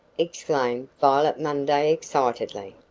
exclaimed violet munday excitedly.